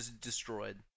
destroyed